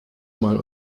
mal